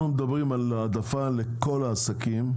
אנחנו מדברים על העדפה לכל העסקים.